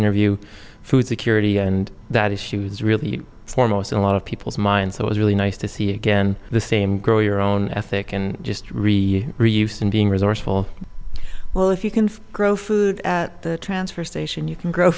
interview food security and that issues really foremost in a lot of people's minds it was really nice to see again the same grow your own ethic and just re reuse and being resourceful well if you can grow food at the transfer station you can grow